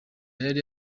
yari